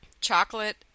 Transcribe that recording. chocolate